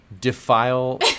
defile